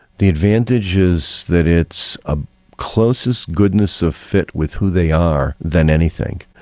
the advantage is that it's a closest goodness of fit with who they are than anything.